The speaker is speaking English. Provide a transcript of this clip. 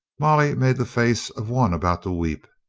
molly made the face of one about to weep.